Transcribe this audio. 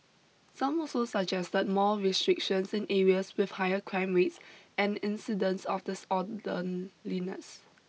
some also suggested that more restrictions in areas with higher crime rates and incidents of disorderliness